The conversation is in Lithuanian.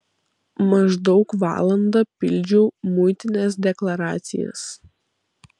maždaug valandą pildžiau muitinės deklaracijas